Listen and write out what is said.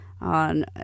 on